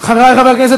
חבריי חברי הכנסת,